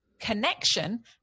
connection